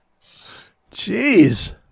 Jeez